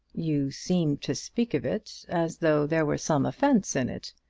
you seem to speak of it as though there were some offence in it.